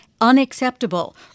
unacceptable